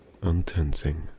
untensing